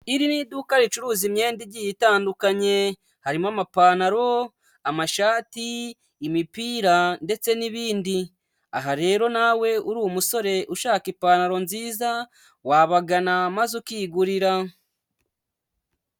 Iri ni iduka ricuruza imyenda igiye itandukanye, harimo amapantaro, amashati, imipira ndetse n'ibindi, aha rero nawe uri umusore ushaka ipantaro nziza wabagana, maze ukigurira.